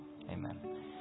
Amen